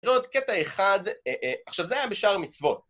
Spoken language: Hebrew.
ראו עוד קטע אחד, עכשיו זה היה בשאר מצוות.